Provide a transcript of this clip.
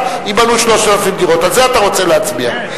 "ייבנו 3,000 דירות" על זה אתה רוצה להצביע.